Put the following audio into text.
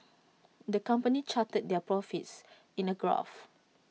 the company charted their profits in A graph